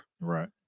right